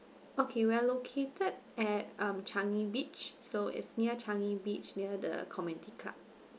okay we are located at um changi beach so it's near changi beach near the community club